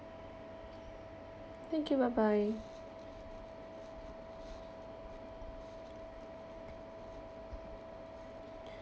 thank you bye bye